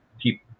keep